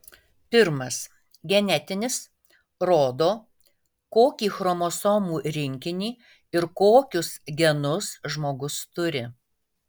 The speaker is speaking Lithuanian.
pirmas genetinis rodo kokį chromosomų rinkinį ir kokius genus žmogus turi